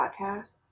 podcasts